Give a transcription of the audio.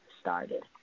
started